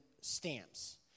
stamps